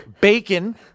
Bacon